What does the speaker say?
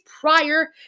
prior